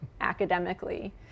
academically